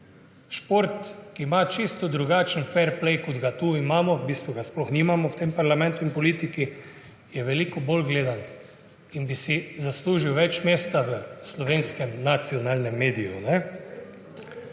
Šport ima čisto drugačen ferplej, kot ga imamo tu, ko v bistvu ga nimamo v tem parlamentu in politiki, je veliko bolj gledan in bi si zaslužil več mesta v slovenskem nacionalnem mediju.